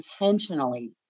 intentionally